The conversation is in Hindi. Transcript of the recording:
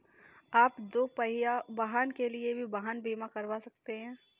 आप दुपहिया वाहन के लिए भी वाहन बीमा करवा सकते हैं